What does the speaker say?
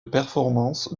performance